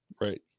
Right